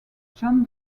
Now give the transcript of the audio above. john